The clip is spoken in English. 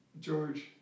George